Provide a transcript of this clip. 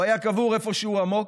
הוא היה קבור איפשהו עמוק,